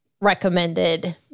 recommended